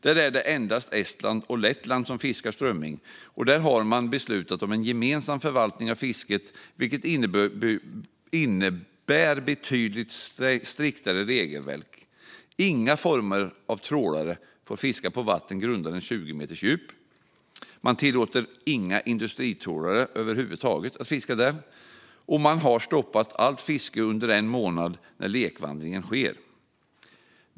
Där är det endast Estland och Lettland som fiskar strömming. Där har man beslutat om en gemensam förvaltning av fisket, vilket innebär betydligt striktare regelverk. Inga former av trålare får fiska på vatten grundare än 20 meters djup. Man tillåter inga industritrålare alls att fiska där. Man har stoppat allt fiske under en månad när lekvandringen sker.